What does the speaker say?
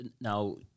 Now